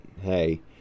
hey